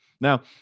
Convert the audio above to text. Now